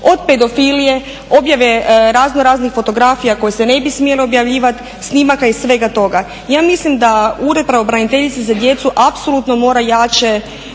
od pedofilije, objave razno raznih fotografija koje se ne bi smjele objavljivati, snimaka i svega toga. Ja mislim da Ured pravobraniteljice za djecu apsolutno mora jače